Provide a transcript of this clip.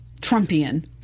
Trumpian